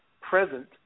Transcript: present